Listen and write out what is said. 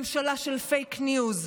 ממשלה של פייק ניוז.